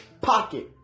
pocket